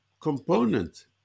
component